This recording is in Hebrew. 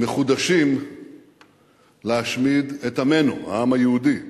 מחודשים להשמיד את עמנו, העם היהודי?